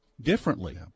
differently